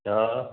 हा